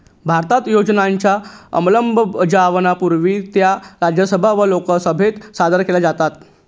भारतात योजनांच्या अंमलबजावणीपूर्वी त्या राज्यसभा व लोकसभेत सादर केल्या जातात